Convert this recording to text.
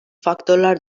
faktörler